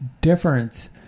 difference